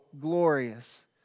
glorious